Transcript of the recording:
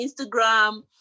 instagram